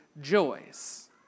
joys